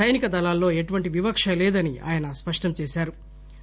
సైనిక దళాల్లో ఎటువంటి వివక్ష లేదని ఆయనస్పష్టంచేశారు